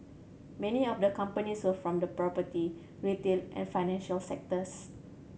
many of the companies were from the property retail and financial sectors